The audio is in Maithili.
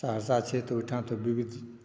सहरसा छै तऽ ओहिठाम तऽ विविध